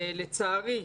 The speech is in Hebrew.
לצערי,